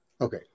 Okay